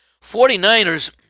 49ers